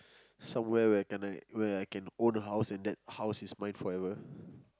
somewhere where can I where I can own a house and that house is mine forever